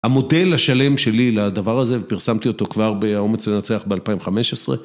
המודל השלם שלי לדבר הזה, ופרסמתי אותו כבר ב'האומץ לנצח' ב-2015